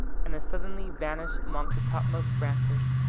and as suddenly vanish amongst the topmost branches.